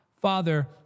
Father